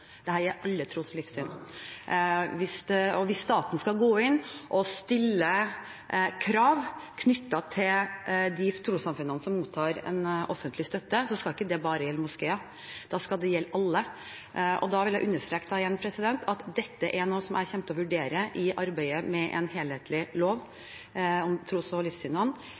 alle tros- og livssynssamfunn. Hvis staten skal gå inn og stille krav knyttet til de trossamfunnene som mottar offentlig støtte, skal det ikke bare gjelde moskeer, da skal det gjelde alle. Jeg vil understreke igjen at dette er noe jeg kommer til å vurdere i arbeidet med en helhetlig lov om tros- og